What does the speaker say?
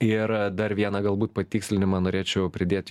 ir dar vieną galbūt patikslinimą norėčiau pridėt